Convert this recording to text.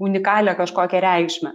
unikalią kažkokią reikšmę